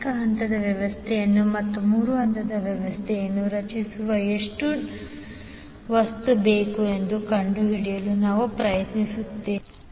ಏಕ ಹಂತದ ವ್ಯವಸ್ಥೆಯನ್ನು ಮತ್ತು ಮೂರು ಹಂತದ ವ್ಯವಸ್ಥೆಯನ್ನು ರಚಿಸಲು ಎಷ್ಟು ವಸ್ತು ಬೇಕು ಎಂದು ಕಂಡುಹಿಡಿಯಲು ನಾವು ಪ್ರಯತ್ನಿಸುತ್ತೇವೆ